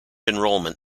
enrollment